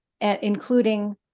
including